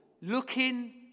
looking